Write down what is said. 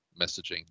messaging